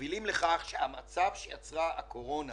מובילים לכך שהמצב שיצרה הקורונה